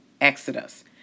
Exodus